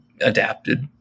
adapted